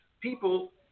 People